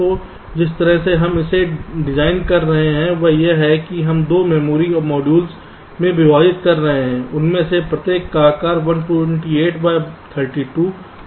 तो जिस तरह से हम इसे डिजाइन कर रहे हैं वह यह है कि हम 2 मेमोरी मॉड्यूल में विभाजित कर रहे हैं उनमें से प्रत्येक का आकार 128 बाय 32 और 128 का 32 है